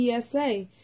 PSA